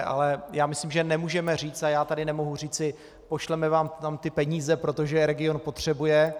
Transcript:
Ale myslím si, že nemůžeme říct, a já tady nemohu říci pošleme vám tam ty peníze, protože je region potřebuje.